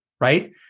right